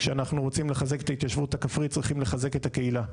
כשאנחנו רוצים לחזק את ההתיישבות הכפרית צריכים לחזק את הקהילה.